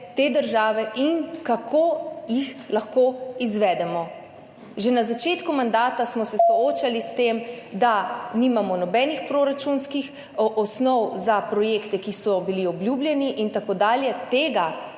te države in kako jih lahko izvedemo. Že na začetku mandata smo se soočali s tem, da nimamo nobenih proračunskih osnov za projekte, ki so bili obljubljeni in tako dalje, tega